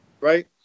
right